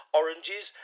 oranges